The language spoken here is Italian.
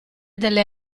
delle